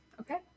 Okay